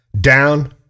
down